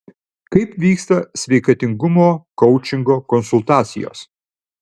kaip vyksta sveikatingumo koučingo konsultacijos